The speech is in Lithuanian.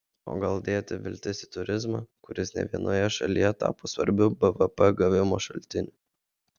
o gal dėti viltis į turizmą kuris ne vienoje šalyje tapo svarbiu bvp gavimo šaltiniu